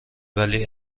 ولی